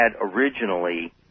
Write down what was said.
originally